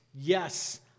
Yes